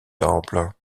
temple